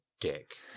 dick